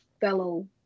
fellow